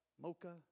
Mocha